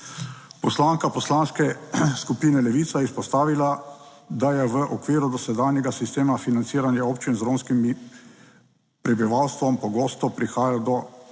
Poslanka Poslanske skupine Levica je izpostavila, da je v okviru dosedanjega sistema financiranja občin z romskim prebivalstvom pogosto prihaja do